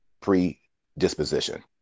predisposition